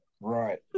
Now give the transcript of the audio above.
Right